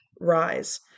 rise